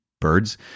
birds